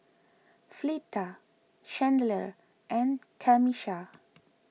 Fleeta Chandler and Camisha